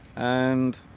and